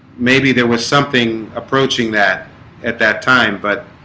maybe there was something approaching that at that time but